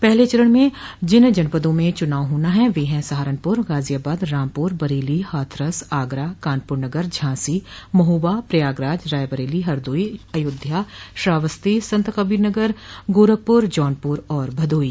पहले चरण में जिन जनपदों में चुनाव होना है वे है सहारनपुर गाजियाबाद रामपुर बरेली हाथरस आगरा कानपुर नगर झांसी महोबा प्रयागराज रायबरेली हरदोई अयोध्या श्रावस्ती संतकबीरनगर गोरखपुर जौनपुर और भदोही